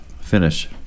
finish